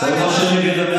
מה הקשר?